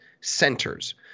centers